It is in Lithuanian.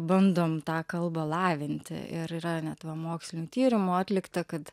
bandom tą kalbą lavinti ir net mokslinių tyrimų atlikta kad